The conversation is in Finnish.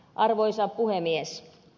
arvoisa puhemies